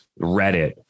Reddit